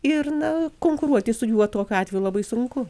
ir na konkuruoti su juo tokiu atveju labai sunku